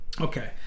Okay